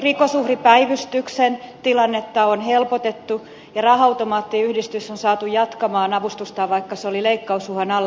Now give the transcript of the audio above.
rikosuhripäivystyksen tilannetta on helpotettu ja raha automaattiyhdistys on saatu jatkamaan avustustaan vaikka se oli leikkausuhan alla